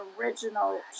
original